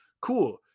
cool